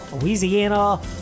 louisiana